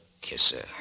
kisser